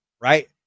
right